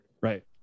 Right